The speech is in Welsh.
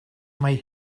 mae